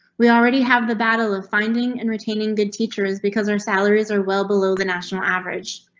we already have the battle of finding and retaining good teachers because our salaries are well below the national average.